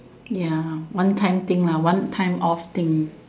ya one time thing lah one time off thing